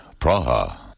Praha